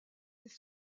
des